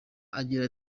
agira